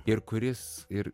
ir kuris ir